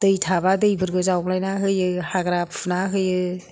दै थाबा दैफोरखौ जावग्लायनानै होयो हाग्रा फुना होयो